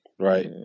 Right